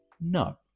No